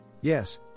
Yes